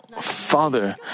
Father